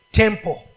temple